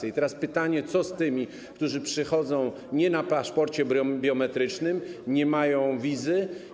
I teraz pytanie, co z tymi, którzy przechodzą nie na paszporcie biometrycznym, nie mają wizy.